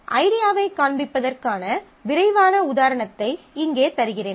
ஐடியாவைக் காண்பிப்பதற்கான விரைவான உதாரணத்தை இங்கே தருகிறேன்